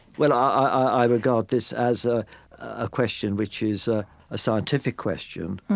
well, i i regard this as a ah question which is a scientific question,